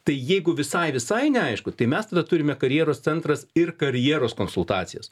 tai jeigu visai visai neaišku tai mes tada turime karjeros centras ir karjeros konsultacijas